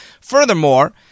Furthermore